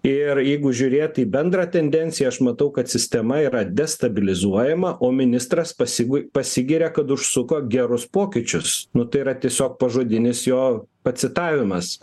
ir jeigu žiūrėt į bendrą tendenciją aš matau kad sistema yra destabilizuojama o ministras pasigu pasigiria kad užsuko gerus pokyčius nu tai yra tiesiog pažodinis jo pacitavimas